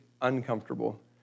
uncomfortable